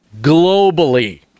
globally